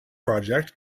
project